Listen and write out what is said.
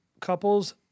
couples